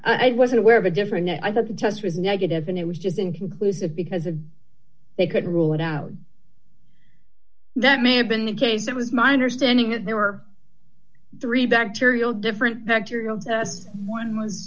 i was aware of a different i thought the test was negative and it was just inconclusive because if they could rule it out that may have been the case that was my understanding it there were three bacterial different bacterial tests one was